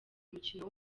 mukino